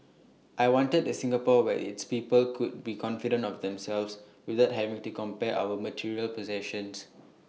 I wanted A Singapore where its people could be confident of themselves without having to compare our material possessions